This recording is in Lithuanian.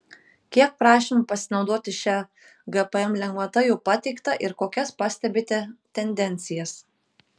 kiek prašymų pasinaudoti šia gpm lengvata jau pateikta ir kokias pastebite tendencijas